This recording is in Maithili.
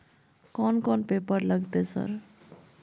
कोन कौन पेपर लगतै सर?